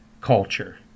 culture